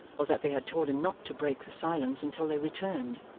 or that they had told him not to break the silence until they returned.